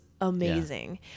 amazing